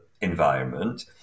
environment